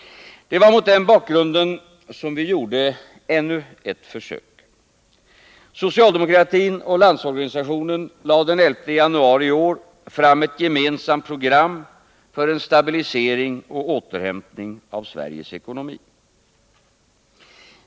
Det var mot den bakgrunden som vi gjorde ännu ett försök. Socialdemokratin och Landsorganisationen lade den 11 januari i år fram ett gemensamt program för stabilisering och återhämtning av Sveriges ekonomi.